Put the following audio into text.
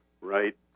right